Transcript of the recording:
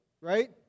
right